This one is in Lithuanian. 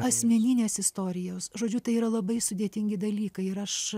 asmeninės istorijos žodžiu tai yra labai sudėtingi dalykai ir aš